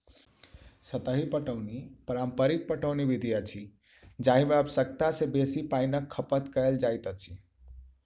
सतही पटौनी पारंपरिक पटौनी विधि अछि जाहि मे आवश्यकता सॅ बेसी पाइनक खपत कयल जाइत अछि